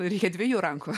reikia dviejų rankų